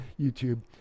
YouTube